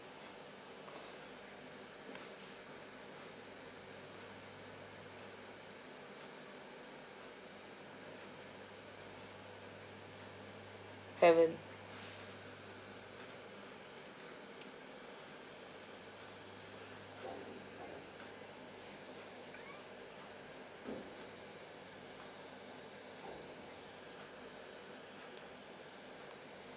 heaven